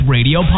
Radio